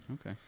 Okay